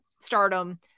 stardom